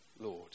Lord